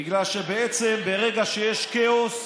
בגלל שבעצם ברגע שיש כאוס,